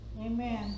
Amen